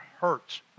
hurts